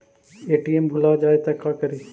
ATM भुला जाये त का करि?